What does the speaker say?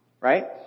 Right